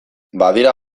badira